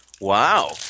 Wow